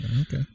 okay